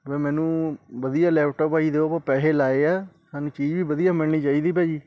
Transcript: ਬ ਮੈਨੂੰ ਵਧੀਆ ਲੈਪਟੋਪ ਭਾਅ ਜੀ ਦਿਓ ਪੈਸੇ ਲਗਾਏ ਆ ਸਾਨੂੰ ਚੀਜ਼ ਵੀ ਵਧੀਆ ਮਿਲਣੀ ਚਾਹੀਦੀ ਭਾਅ ਜੀ